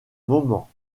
moment